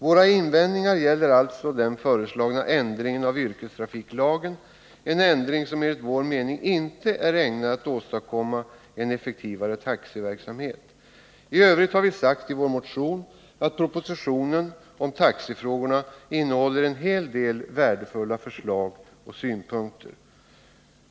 Våra invändningar gäller alltså den föreslagna ändringen av yrkestrafiklagen — en ändring som enligt vår mening inte är ägnad att åstadkomma en effektivare taxiverksamhet. I övrigt har vi sagt i vår motion att propositionen om taxifrågorna innehåller en hel del värdefulla förslag och synpunkter.